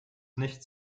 nichts